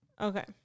Okay